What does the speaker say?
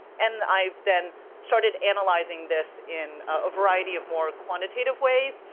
and i've then started analyzing this in a variety of more quantitative ways,